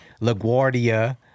LaGuardia